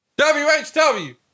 WHW